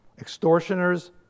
extortioners